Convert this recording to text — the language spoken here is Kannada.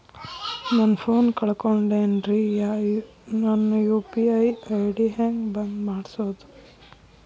ನನ್ನ ಫೋನ್ ಕಳಕೊಂಡೆನ್ರೇ ನನ್ ಯು.ಪಿ.ಐ ಐ.ಡಿ ಹೆಂಗ್ ಬಂದ್ ಮಾಡ್ಸೋದು?